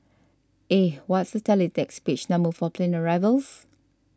eh what's the teletext page number for plane arrivals